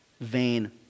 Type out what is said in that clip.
vain